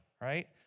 right